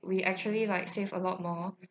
we actually like save a lot more